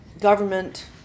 government